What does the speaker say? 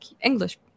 English